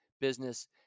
business